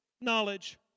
knowledge